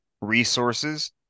resources